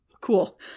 Cool